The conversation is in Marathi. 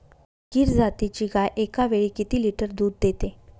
गीर जातीची गाय एकावेळी किती लिटर दूध देते?